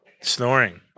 Snoring